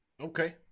Okay